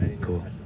Cool